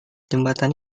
jembatan